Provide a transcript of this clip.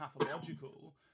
pathological